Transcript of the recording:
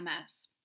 MS